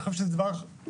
אני חושב שזה דבר בסיסי.